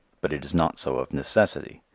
but it is not so of necessity.